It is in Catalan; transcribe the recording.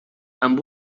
amb